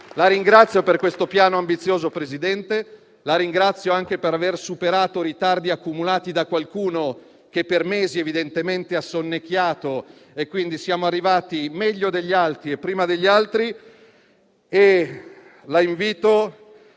la ringrazio per questo Piano ambizioso, presidente Draghi. La ringrazio anche per aver superato ritardi accumulati da qualcuno che, per mesi, evidentemente ha sonnecchiato. Quindi, siamo arrivati meglio degli altri e prima degli altri.